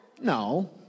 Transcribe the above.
No